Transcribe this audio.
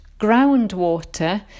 groundwater